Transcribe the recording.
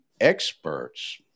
experts